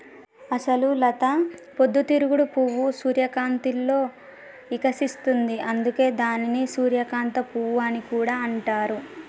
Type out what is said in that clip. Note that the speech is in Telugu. అసలు లత పొద్దు తిరుగుడు పువ్వు సూర్యకాంతిలో ఇకసిస్తుంది, అందుకే దానిని సూర్యకాంత పువ్వు అని కూడా అంటారు